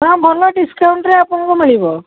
ହଁ ଭଲ ଡିସକାଉଣ୍ଟରେ ଆପଣଙ୍କୁ ମିଳିବ